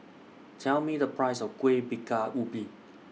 Tell Me The Price of Kueh Bingka Ubi